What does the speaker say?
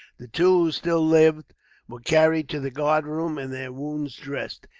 the two who still lived were carried to the guardroom, and their wounds dressed,